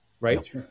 Right